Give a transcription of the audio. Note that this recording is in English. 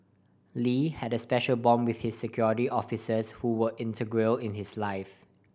Lee had a special bond with his Security Officers who were integral in his life